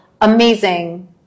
amazing